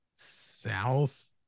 south